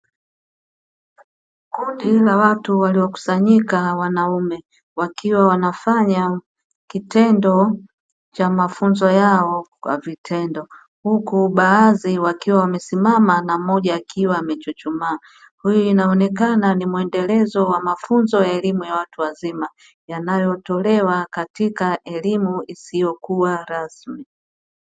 Kundi la watu waliokusanyika wanaume, wakiwa wanafanya kitendo cha mafunzo yao kwa vitendo, huku baadhi wakiwa wamesimama na mmoja akiwa amechuchumaa, hii inaonekana ni muendelezo wa mafunzo ya elimu ya watu wazima yanayotolewa katika elimu isiyo kuwa rasmi.